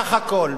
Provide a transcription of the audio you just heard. סך הכול,